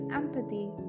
empathy